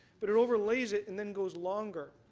but it overlays it and then goes longer.